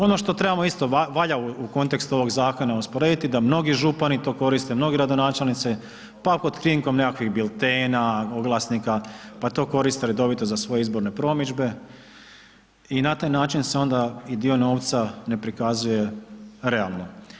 Ono što trebamo isto, valja u kontekstu ovog zakona usporediti da mnogi župani to koriste, mnogi gradonačelnici, pa pod krinkom nekakvih biltena, oglasnika, pa to koriste redovito za svoje izborne promidžbe i na taj način se onda i dio novca ne prikazuje realno.